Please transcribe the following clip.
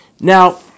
Now